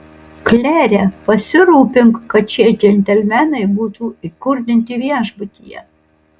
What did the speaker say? klere pasirūpink kad šie džentelmenai būtų įkurdinti viešbutyje